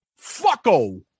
Fucko